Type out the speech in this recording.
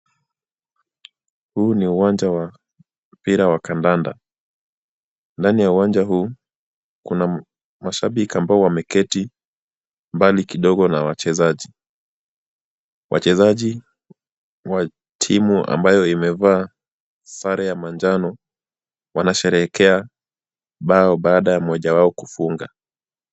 Huu ni uwanja wa mpira wa kandanda. Ndani ya uwanja huu kuna mashabiki ambao wameketi mbali kidogo na wachezaji. Wachezaji wa timu ambayo imevaa sare ya manjano wanasherehekea bao baada ya mmoja wao kufunga.